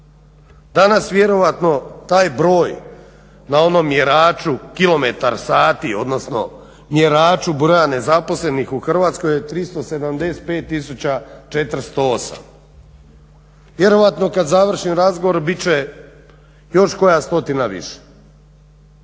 Danas vjerojatno taj broj na onom mjeraču kilometar sati, odnosno mjeraču broja nezaposlenih u Hrvatskoj je 375408. Vjerojatno kad završim razgovor bit će još koja stotina više.